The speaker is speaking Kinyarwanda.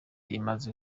imaze